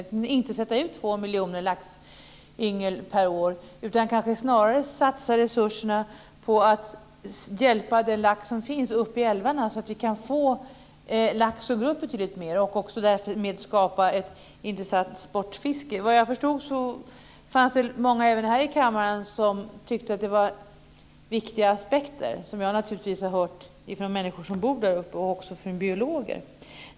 Vi kanske inte ska sätta ut två miljoner laxyngel per år utan snarare satsa resurserna på att hjälpa den lax som finns uppe i älvarna så att vi kan få lax som går upp betydligt mer och därmed också skapa ett intressant sportfiske. Vad jag förstod fanns det många även här i kammaren som tyckte att detta var viktiga aspekter. Jag har naturligtvis hört dem från människor som bor där uppe och också från biologer.